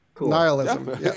Nihilism